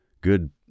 good